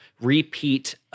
repeat